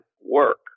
work